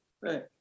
right